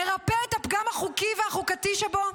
מרפא את הפגם החוקי והחוקתי שבו?